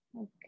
Okay